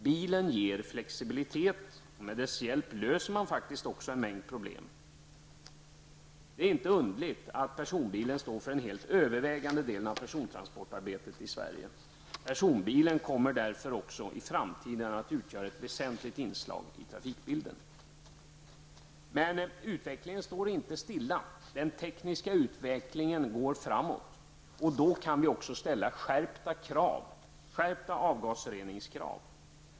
Bilen ger flexibilitet. Med dess hjälp löser man en mängd problem. Den sparar tid. Det är inte underligt att personbilen står för den helt övervägande delen av persontransportarbetet i Sverige. Personbilen kommer också i framtiden att utgöra ett väsentligt inslag i trafikbilden. Men utvecklingen står inte stilla. Den tekniska utvecklingen går framåt, och då kan vi ställa skärpta avgasreningskrav.